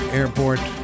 airport